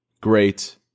Great